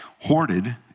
hoarded